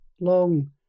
long